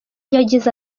yagize